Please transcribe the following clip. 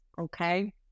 okay